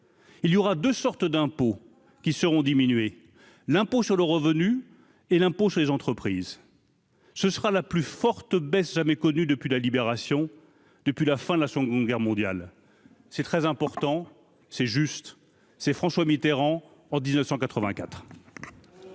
Il y aura de sortes d'impôts qui seront diminuer l'impôt sur le revenu et l'impôt sur les entreprises. Ce sera la plus forte baisse jamais connue depuis la Libération, depuis la fin de la seconde guerre mondiale, c'est très important, c'est juste, c'est François Mitterrand en 1984.